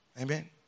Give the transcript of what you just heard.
Amen